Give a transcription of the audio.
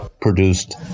produced